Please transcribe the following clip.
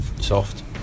Soft